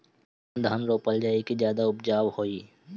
कौन धान रोपल जाई कि ज्यादा उपजाव होई?